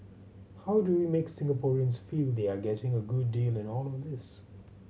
how do we make Singaporeans feel they are getting a good deal in all of this